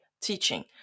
teaching